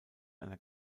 einer